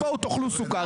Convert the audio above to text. "בואו תאכלו סוכר".